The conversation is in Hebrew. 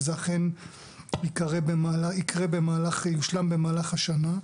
וזה אכן יקרה ויושלם במהלך השנה.